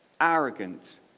arrogant